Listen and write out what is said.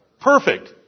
perfect